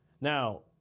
Now